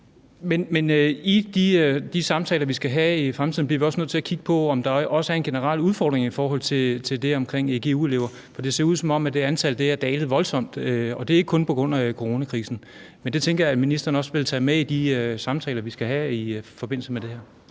i de samtaler, vi skal have i fremtiden, bliver vi også nødt til at kigge på, om der også er en generel udfordring i forhold til det med egu-eleverne. Det ser nemlig ud til, at det antal er dalet voldsomt, og det er ikke kun på grund af coronakrisen. Men det tænker jeg at ministeren også vil tage med i de samtaler, vi skal have i forbindelse med det her.